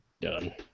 Done